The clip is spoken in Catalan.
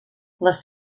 les